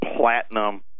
platinum